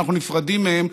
שאנחנו נפרדים מהם,